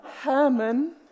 Herman